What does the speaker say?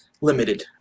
limited